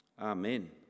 Amen